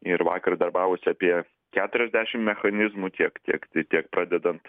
ir vakar darbavosi apie keturiasdešim mechanizmų tiek tiek tai tiek pradedant